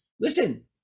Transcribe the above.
listen